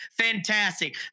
fantastic